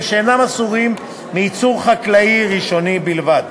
שאינם אסורים מייצור חקלאי ראשוני בלבד.